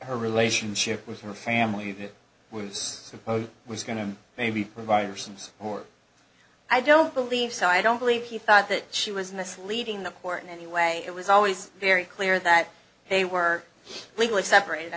her relationship with her family even worse was going to maybe provide for sins or i don't believe so i don't believe he thought that she was misleading the court in any way it was always very clear that they were legally separated i